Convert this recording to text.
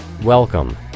Welcome